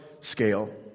scale